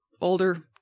older